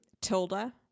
Tilda